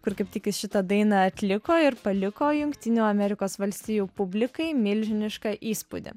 kur kaip tik jis šitą dainą atliko ir paliko jungtinių amerikos valstijų publikai milžinišką įspūdį